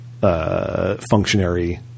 Functionary